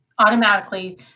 automatically